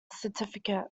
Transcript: certificate